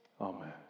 Amen